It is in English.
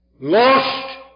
lost